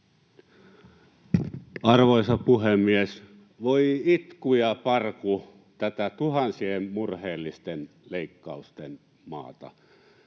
Arvoisa puhemies! Voi itku ja parku tätä tuhansien murheellisten leikkausten maata.